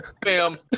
bam